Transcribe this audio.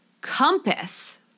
compass